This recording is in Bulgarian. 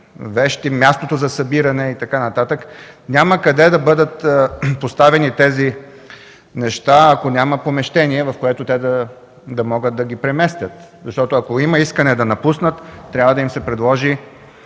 вещи, мястото за събиране и така нататък – няма къде да бъдат поставени тези неща, ако няма помещение, в което те да могат да ги преместят. Защото, ако има искане да напуснат, трябва да им се предложи